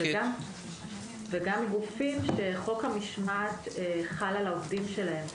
וגם גופים שחוק המשמעת חל על העובדים שלהם.